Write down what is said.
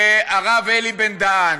והרב אלי בן-דהן,